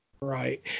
Right